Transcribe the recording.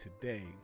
today